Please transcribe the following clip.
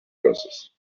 verses